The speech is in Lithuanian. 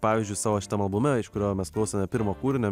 pavyzdžiui savo šitam albume iš kurio mes klausome pirmo kūrinio